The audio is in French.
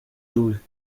doubles